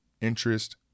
Interest